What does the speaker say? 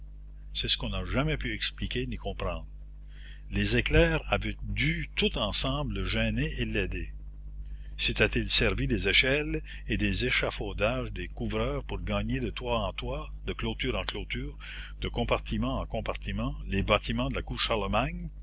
c'est ce qu'on n'a jamais pu expliquer ni comprendre les éclairs avaient dû tout ensemble le gêner et l'aider s'était-il servi des échelles et des échafaudages des couvreurs pour gagner de toit en toit de clôture en clôture de compartiment en compartiment les bâtiments de la cour charlemagne